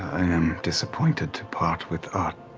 i am disappointed to part with our